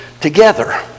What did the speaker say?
together